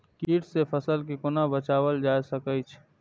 कीट से फसल के कोना बचावल जाय सकैछ?